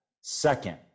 Second